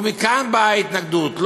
ומכאן באה ההתנגדות,